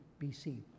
BC